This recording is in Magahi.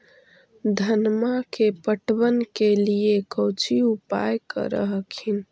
धनमा के पटबन के लिये कौची उपाय कर हखिन?